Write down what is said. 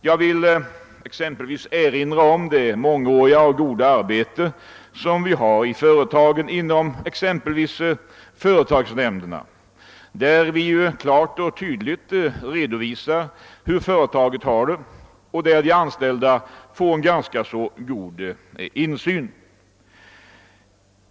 Jag kan exempelvis erinra om det mångåriga och goda samarbete som vi har i företagen genom företagsnämnderna. Inför dessa redovisar vi klart och tydligt företagets ställning och ger de anställda en ganska god insyn.